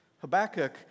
Habakkuk